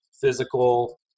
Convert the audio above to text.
physical